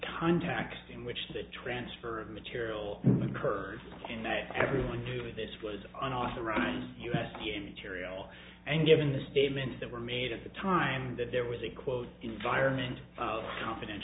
context in which the transfer of material occurred in may everyone knew this was an authorized u s d a material and given the statements that were made at the time that there was a quote environment confiden